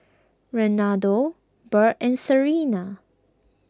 Renaldo Bird and Serena